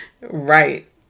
Right